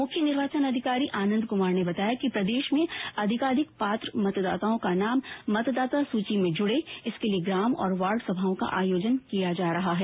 मुख्य निर्वाचन अधिकारी आनंद कुमार ने बताया कि प्रदेश में अधिकाधिक पात्र मतदाताओं का नाम मतदाता सूची में जुड़े इसके लिए ग्राम और वार्ड सभाओं का आयोजन किया जा रहा है